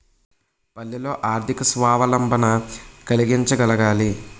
పల్లెల్లో ఆర్థిక స్వావలంబన కలిగించగలగాలి